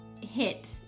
hit